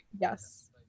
yes